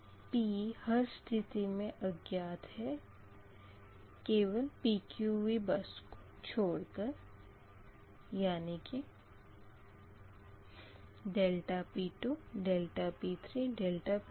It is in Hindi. P हर स्थिति मे अज्ञात है केवल PQV बस को छोड़ कर यानी कि P2 P3 P4